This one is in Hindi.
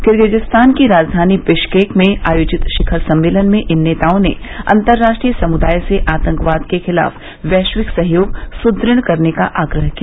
किर्गिज्तान की राजधानी बिश्केक में आयोजित शिखर सम्मेलन में इन नेताओं ने अंतर्राष्ट्रीय समुदाय से आतंकवाद के खिलाफ वैश्विक सहयोग सुदृढ़ करने का आग्रह किया